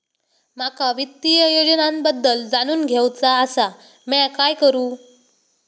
माका वित्तीय योजनांबद्दल जाणून घेवचा आसा, म्या काय करू?